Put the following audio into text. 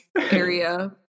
area